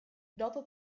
dopo